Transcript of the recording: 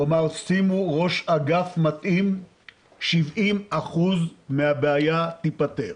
הוא אמר, שימו ראש אגף מתאים ו-70% מהבעיה תיפתר.